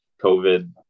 COVID